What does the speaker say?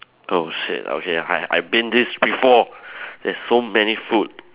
oh shit okay I I've been this before there's so many food